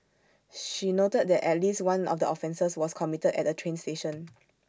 she noted that at least one of the offences was committed at A train station